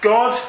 God